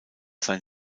sein